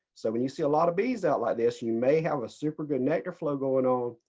so when you see a lot of bees out like this you may have a super good net flow going on,